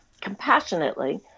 compassionately